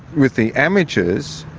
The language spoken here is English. with the amateurs,